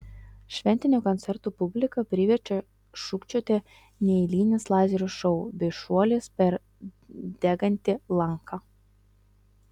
šventinių koncertų publiką priverčia šūkčioti neeilinis lazerių šou bei šuolis per degantį lanką